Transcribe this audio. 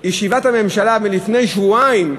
ישיבת הממשלה מלפני שבועיים.